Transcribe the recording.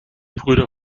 brüder